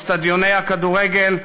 לאצטדיוני הכדורגל,